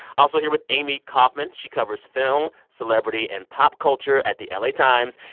also here with amy kaufman, she covers film, celebrity and pop culture at the la times.